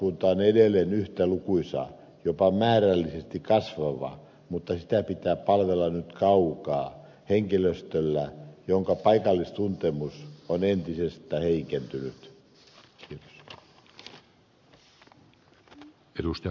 asiakaskunta on edelleen yhtä lukuisa jopa määrällisesti kasvava mutta sitä pitää palvella nyt kaukaa henkilöstöllä jonka paikallistuntemus on entisestä heikentynyt